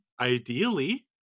ideally